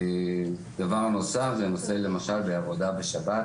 דבר נוסף זה למשל בעבודה בשבת,